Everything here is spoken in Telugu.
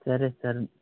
సరే సరే